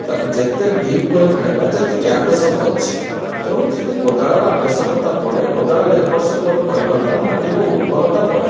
ତାକୁ ଯେତେ ଡିପ୍ କରି ହାଣିବା ଯେତିକି ଆବଶ୍ୟକ ଅଛି ତେଣୁ ସେଇଠି କୋଦାଳର ଆବଶ୍ୟକତା ପଡ଼େ କୋଦାଳରେ ଏପଟ ସେପଟ କରିବା ଦ୍ୱାରା ମାଟିର ଉର୍ବରତା ବଢ଼େ